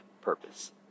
purpose